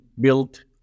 built